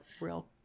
real